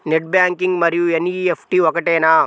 Net banking మరియు NEFT ఒకటేనా?